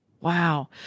Wow